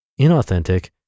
Inauthentic